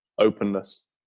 openness